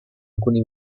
alcuni